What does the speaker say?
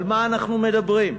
על מה אנחנו מדברים?